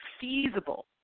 feasible